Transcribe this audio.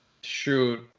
Shoot